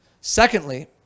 Secondly